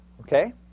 Okay